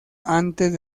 antes